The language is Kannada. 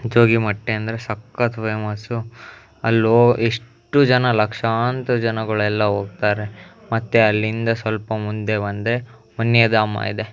ಜೋಗಿಮಟ್ಟಿ ಅಂದರೆ ಸಕ್ಕತ್ತು ಫೇಮಸ್ಸು ಅಲ್ಲೋಗಿ ಎಷ್ಟು ಜನ ಲಕ್ಷಾಂತರ ಜನಗಳೆಲ್ಲ ಹೋಗ್ತಾರೆ ಮತ್ತು ಅಲ್ಲಿಂದ ಸ್ವಲ್ಪ ಮುಂದೆ ಬಂದರೆ ವನ್ಯಧಾಮ ಇದೆ